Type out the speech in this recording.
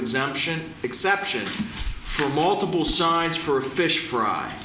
exemption exception for multiple signs for a fish fry